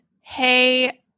hey